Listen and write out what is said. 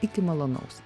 iki malonaus